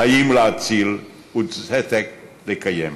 חיים להציל וצדק לקיים.